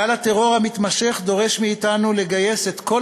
גל הטרור המתמשך דורש מאתנו לגייס את כל